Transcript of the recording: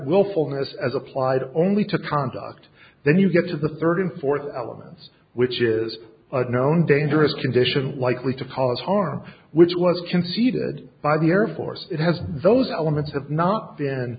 willfulness as applied only to conduct then you get to the third and fourth elements which is known dangerous condition likely to cause harm which was conceded by the air force it has those elements have not been